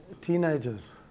teenagers